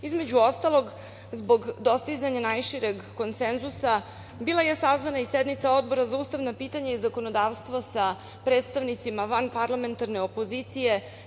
Između ostalog, zbog dostizanja najšireg konsenzusa bila je sazvana i sednica Odbora za ustavna pitanja i zakonodavstvo sa predstavnicima vanparlamentarne opozicije.